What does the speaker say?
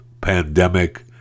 pandemic